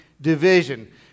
division